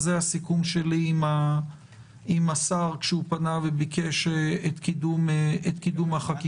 זה הסיכום שלי עם השר כשהוא פנה וביקש את קידום החקיקה.